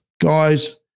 guys